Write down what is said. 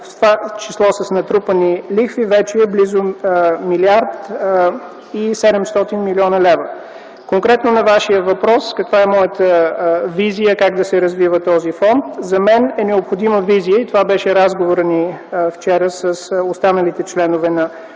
в т.ч. с натрупани лихви вече е близо 1 млрд. 700 млн. лв. Конкретно на Вашия въпрос каква е моята визия как да се развива този фонд, за мен е необходима визия и това беше разговорът вчера с останалите членове на